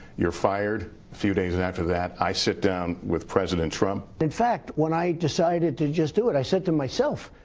you're fired. a few days and after that i sit down with president trump in fact, when i decided to just do it i said to myself,